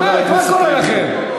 מה קורה לכם?